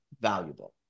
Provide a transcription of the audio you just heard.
valuable